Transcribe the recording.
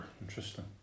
Interesting